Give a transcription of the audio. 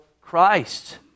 Christ